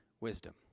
wisdom